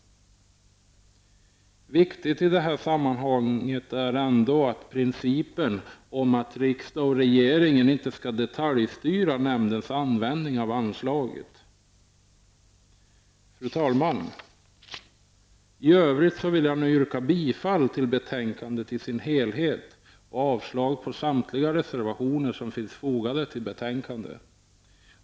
Viktigt i sammanhanget är ändå principen om att riksdag och regering inte skall detaljstyra nämndens användning av anslaget. Fru talman! I övrigt vill jag nu yrka bifall till utskottets hemställan i dess helhet och avslag på samtliga reservationer som finns fogade till betänkandet.